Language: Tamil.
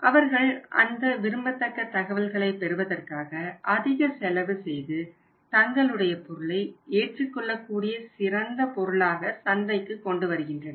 அவர்கள் அந்த விரும்பத்தக்க தகவல்களை பெறுவதற்காக அதிக செலவு செய்து தங்களுடைய பொருளை ஏற்றுக் கொள்ளக் கூடிய சிறந்த பொருளாக சந்தைக்கு கொண்டு வருகின்றனர்